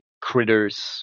critters